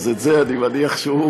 ואני לא אשנה את ההחלטה שלו.